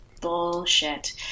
bullshit